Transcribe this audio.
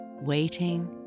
waiting